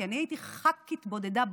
כי אני הייתי ח"כית בודדה באופוזיציה,